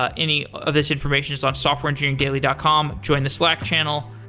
ah any of these information is on softwareengineeringdaily dot com. join the slack channel.